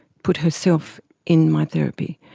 put herself in my therapy.